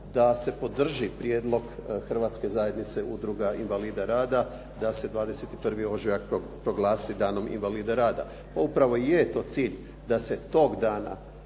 da se podrži prijedlog Hrvatske zajednice udruga invalida rada, da se 21. ožujak proglasi Danom invalidom rada. Pa upravo i je to cilj da se tog dana